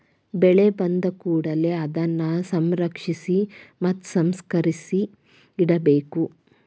ಬೆಳೆ ಬಂದಕೂಡಲೆ ಅದನ್ನಾ ಸಂರಕ್ಷಿಸಿ ಮತ್ತ ಸಂಸ್ಕರಿಸಿ ಇಡಬೇಕು